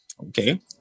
Okay